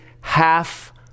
half